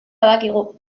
badakigu